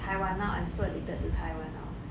taiwan now I'm so addicted to taiwan now